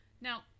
Now